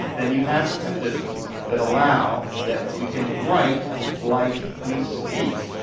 then you have the conditions that allow that we can write like we speak.